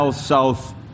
south